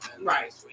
Right